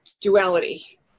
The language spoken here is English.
duality